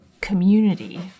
community